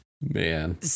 Man